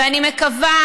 ואני מקווה,